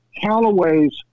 Callaway's